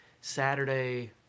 Saturday